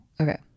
Okay